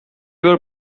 were